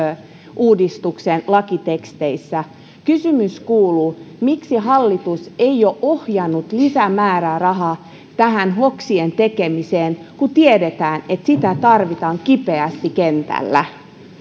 uudistuksen lakiteksteissä kysymys kuuluu miksi hallitus ei ole ohjannut lisämäärärahaa hoksien tekemiseen kun tiedetään että sitä tarvitaan kipeästi kentällä